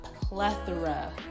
plethora